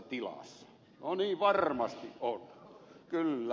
no niin varmasti on kyllä